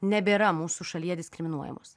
nebėra mūsų šalyje diskriminuojamos